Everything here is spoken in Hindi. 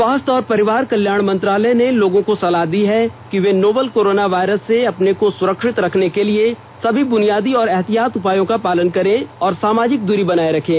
स्वास्थ्य और परिवार कल्याण मंत्रालय ने लोगों को सलाह दी है कि वे नोवल कोरोना वायरस से अपने को सुरक्षित रखने के लिए सभी बुनियादी एहतियाती उपायों का पालन करें और सामाजिक दूरी बनाए रखें